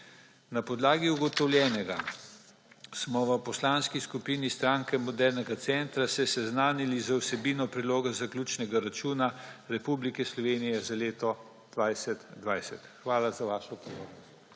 Na podlagi ugotovljenega smo se v Poslanski skupini Stranke modernega centra seznanili z vsebino Predloga zaključnega računa Proračuna Republike Slovenije za leto 2020. Hvala za vašo pozornost.